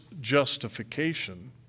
justification